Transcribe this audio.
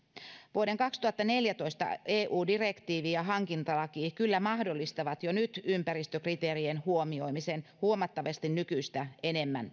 vuoden kaksituhattaneljätoista eu direktiivi ja hankintalaki mahdollistavat kyllä jo nyt ympäristökriteerien huomioimisen julkisissa hankinnoissa huomattavasti nykyistä enemmän